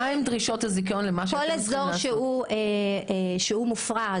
כל אזור שהוא מפורז,